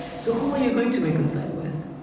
so who are you going to reconcile with?